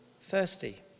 thirsty